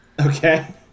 Okay